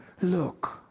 look